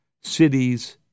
cities